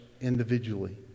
individually